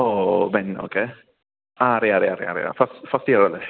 ഓ ബെന്ന് ഓക്കെ ആ അറിയാം അറിയാം അറിയാം അറിയാം ഫസ്റ്റ് ഇയർ അല്ലേ